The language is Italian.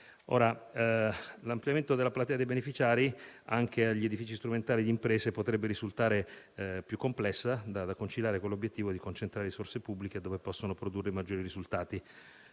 L'ampliamento della platea dei beneficiari anche agli edifici strumentali di imprese potrebbe risultare più complessa da conciliare con l'obiettivo di concentrare risorse pubbliche dove possono produrre maggiori risultati.